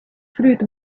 fruit